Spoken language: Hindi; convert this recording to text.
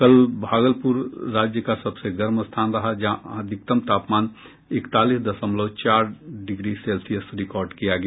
कल भागलपुर राज्य का सबसे गर्म स्थान रहा जहां का अधिकतम तापमान इकतालीस दशमलव चार डिग्री सेल्सियस रिकॉर्ड किया गया